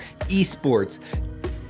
esports